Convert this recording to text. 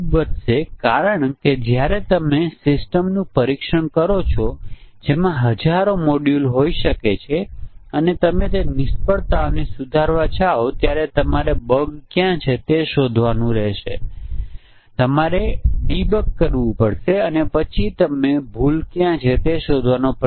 મોટા ભાગના સોફ્ટવેર દોષોમાં સરળ અને જોડી મુજબની ખામી હોય છે ખૂબ જ જટિલ અને મોટા સોફ્ટવેર માટે જો આપણે જોડી મુજબના ખામીને ધ્યાનમાં લઈશું તો આપણે લગભગ 80 90 ટકા ફોલ્ટ મળી જશે